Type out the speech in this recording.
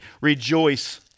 Rejoice